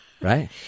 right